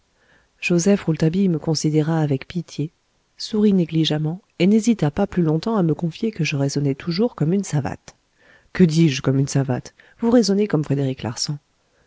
rouletabille me considéra avec pitié sourit négligemment et n'hésita pas plus longtemps à me confier que je raisonnais toujours comme une savate que dis-je comme une savate vous raisonnez comme frédéric larsan